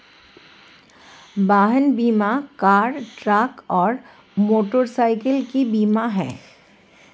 वाहन बीमा car, truck और मोटरसाइकिल का बीमा है